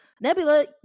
nebula